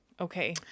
Okay